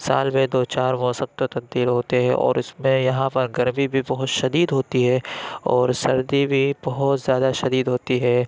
سال میں دو چار موسم تو تبدیل ہوتے ہیں اور اِس میں یہاں پر گرمی بھی بہت شدید ہوتی ہے اور سردی بھی بہت زیادہ شدید ہوتی ہے